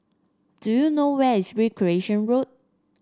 do you know where is Recreation Road